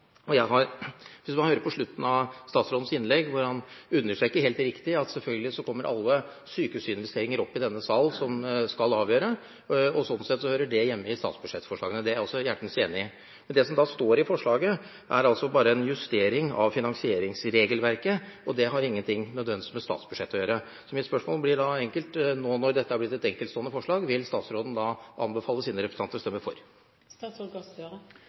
er jeg også hjertens enig i det. Men det som står i forslaget, er bare en justering av finansieringsregelverket, og det har ikke nødvendigvis noe med statsbudsjettet å gjøre. Så mitt spørsmål er enkelt: Nå når dette er blitt et enkeltstående forslag, vil statsråden anbefale sine representanter å stemme